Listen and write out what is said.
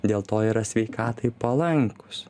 dėl to yra sveikatai palankūs